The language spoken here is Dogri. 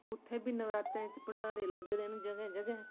उत्थै बी नवरातरें च भण्डारे लग्गदे न जगहें जगहें